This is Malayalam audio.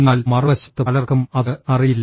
എന്നാൽ മറുവശത്ത് പലർക്കും അത് അറിയില്ല